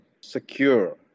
secure